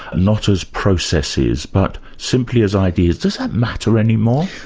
not as processes, but simply as ideas. does that matter any more?